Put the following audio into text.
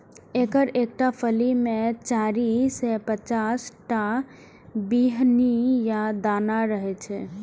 एकर एकटा फली मे चारि सं पांच टा बीहनि या दाना रहै छै